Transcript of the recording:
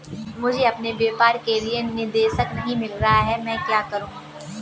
मुझे अपने व्यापार के लिए निदेशक नहीं मिल रहा है मैं क्या करूं?